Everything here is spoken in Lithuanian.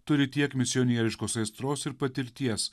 turi tiek misionieriškos aistros ir patirties